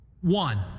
one